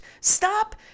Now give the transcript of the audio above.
Stop